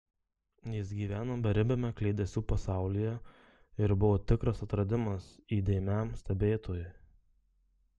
jis gyveno beribiame kliedesių pasaulyje ir buvo tikras atradimas įdėmiam stebėtojui